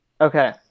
Okay